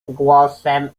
głosem